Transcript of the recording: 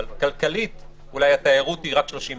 אבל כלכלית אולי התיירות היא רק 30%,